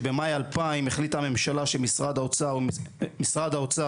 שבמאי 2000 החליטה הממשלה שמשרד האוצר